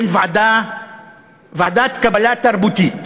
ועדת קבלה תרבותית.